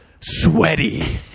sweaty